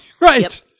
Right